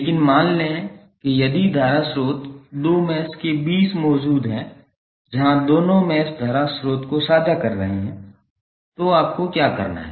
लेकिन मान लें कि यदि धारा स्रोत दो मैश के बीच मौजूद है जहां दोनों मैश धारा स्रोत को साझा कर रहे हैं तो आपको क्या करना है